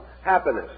happiness